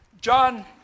John